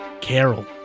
Carol